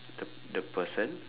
the the person